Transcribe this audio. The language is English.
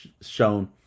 shown